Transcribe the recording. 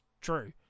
true